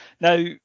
Now